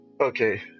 okay